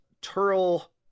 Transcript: Turl